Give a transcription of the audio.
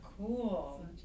cool